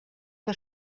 que